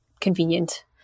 convenient